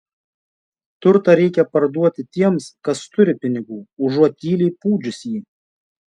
turtą reikia parduoti tiems kas turi pinigų užuot tyliai pūdžius jį